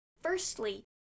Firstly